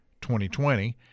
2020